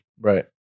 Right